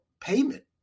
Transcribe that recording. payment